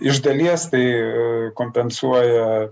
iš dalies tai kompensuoja